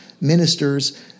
ministers